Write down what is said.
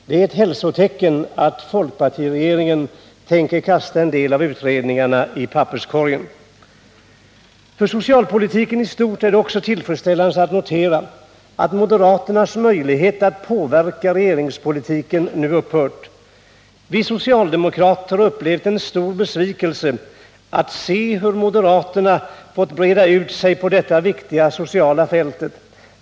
Det är ett hälsotecken att folkpartiregeringen tänker kasta en del av de utredningarna i papperskorgen. För socialpolitiken i stort är det också tillfredsställande att notera att moderaternas möjlighet att påverka regeringspolitiken nu upphört. Vi socialdemokrater har upplevt den stora besvikelsen att se hur moderaterna fått breda ut sig på det viktiga sociala fältet.